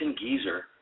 Geezer